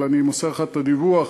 אבל אני מוסר לך את הדיווח,